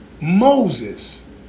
moses